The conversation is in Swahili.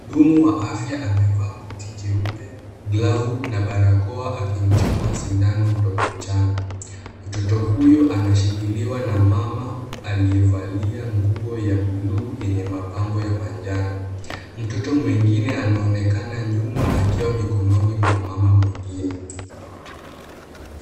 Mhudumu wa afya amevaa koti jeupe, glavu na barakoa akimchoma sindano mtoto mchanga. Mtoto huyu anashikiliwa na mama aliyevalia nguo ya buluu yenye mapambo ya manjano. Mtoto mwingine anaonekana nyuma akiwa mikononi mwa mama mwingine.